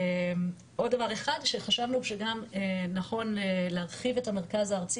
עוד דבר אחד שחשבנו שגם נכון להרחיב את המרכז הארצי